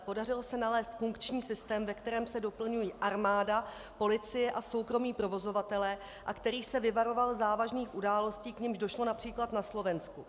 Podařilo se nalézt funkční systém, ve kterém se doplňují armáda, policie a soukromí provozovatelé a který se vyvaroval závažných událostí, k nimž došlo např. na Slovensku.